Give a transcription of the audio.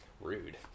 Rude